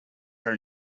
her